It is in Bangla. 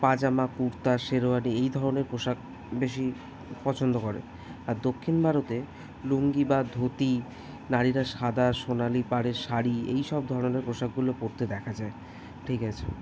পাজামা কুর্তা শেরওয়ানি এই ধরনের পোশাক বেশি পছন্দ করে আর দক্ষিণ ভারতে লুঙ্গি বা ধুতি নারীরা সাদা সোনালি পাড়ের শাড়ি এইসব ধরনের পোশাকগুলো পরতে দেখা যায় ঠিক আছে